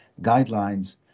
guidelines